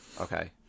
Okay